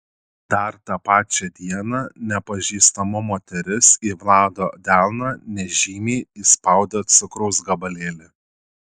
dar tą pačią dieną nepažįstama moteris į vlado delną nežymiai įspaudė cukraus gabalėlį